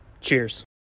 Cheers